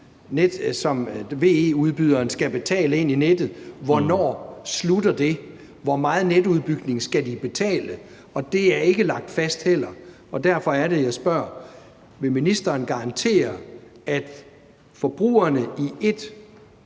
som VE-udbyderen skal betale ind i nettet, skiller. Hvornår slutter det? Hvor meget netudbygning skal de betale? Det er heller ikke lagt fast, og derfor er det, jeg spørger: Vil ministeren garantere, at forbrugerne i et